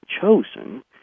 chosen